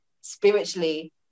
spiritually